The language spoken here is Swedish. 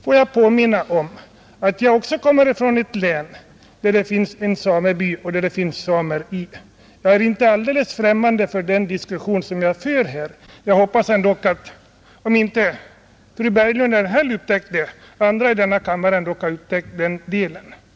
Får jag påminna om att även jag kommer från ett län, där det finns en sameby med samer, nämligen Idre. Jag är inte alldeles främmande för den diskussion som jag här för. Även om inte fru Berglund eller herr Häll har upptäckt det, hoppas jag att det finns andra i denna kammare som har fått den saken klar för sig.